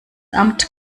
amt